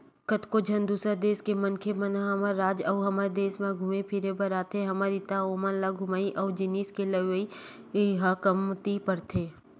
कतको झन दूसर देस के मनखे मन ह हमर राज अउ हमर देस म घुमे फिरे बर आथे हमर इहां ओमन ल घूमई अउ जिनिस के लेवई ह कमती परथे